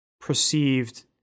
perceived